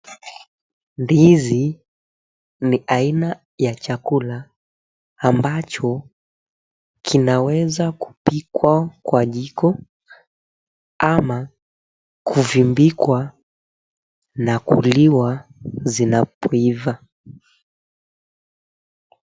Ndizi ni aina ya chakula ambacho kinaweza kupikwa kwa jiko ama kuvimbikwa na kuliwa zinapoiva.